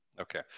Okay